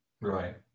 Right